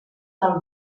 del